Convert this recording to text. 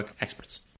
experts